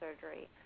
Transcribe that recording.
surgery